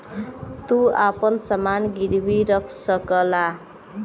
तू आपन समान गिर्वी रख सकला